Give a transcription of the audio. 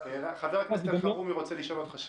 חבר הכנסת אלחרומי רוצה לשאול אותך שאלה.